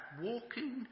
walking